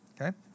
Okay